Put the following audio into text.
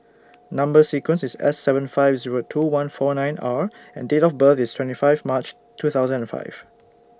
Number sequence IS S seven five Zero two one four nine R and Date of birth IS twenty five March two thousand and five